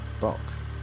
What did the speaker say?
box